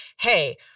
hey